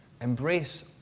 embrace